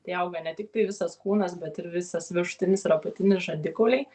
tai auga ne tiktai visas kūnas bet ir visas viršutinis ir apatinis žandikauliai